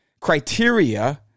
criteria